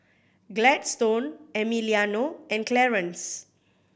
Gladstone Emiliano and Clarance